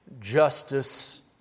justice